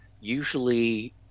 usually